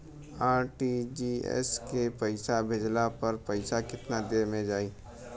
RTGS से पईसा भेजला पर पईसा केतना देर म जाई?